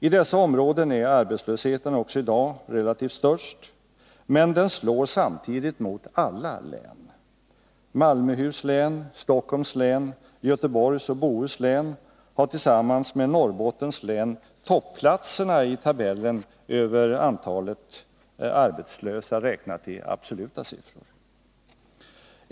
I dessa områden är arbetslösheten också i dag relativt sett störst, men den slår samtidigt mot alla län. Malmöhus län, Stockholms län, Göteborgs och Bohus län har tillsammans med Norrbottens län topplatserna i tabellen över antalet arbetslösa räknat i absoluta siffror.